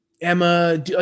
Emma